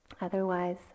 Otherwise